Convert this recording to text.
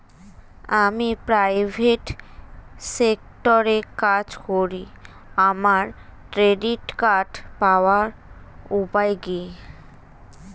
আমি প্রাইভেট সেক্টরে কাজ করি আমার ক্রেডিট কার্ড পাওয়ার উপায় কি?